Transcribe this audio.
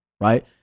Right